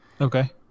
Okay